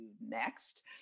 next